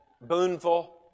Boonville